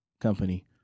company